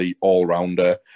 all-rounder